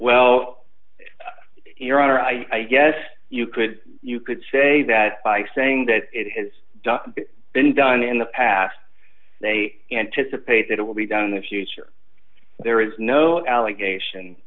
well your honor i guess you could you could say that by saying that it has been done in the past they anticipate that it will be done in the future there is no allegation